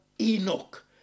Enoch